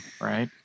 right